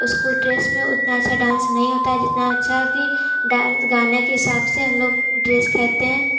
school dress में उतना अच्छा डांस नहीं होता है जितना अच्छा की डांस गाने के हिसाब से हम लोग ड्रेस खरीदते हैं